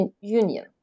union